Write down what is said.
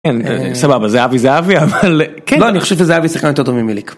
כן, אם.. סבבה זהבי, זהבי, אבל כן, - לא, אני חושב שזהבי שיחק יותר טוב ממליק